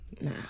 Nah